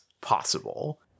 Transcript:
possible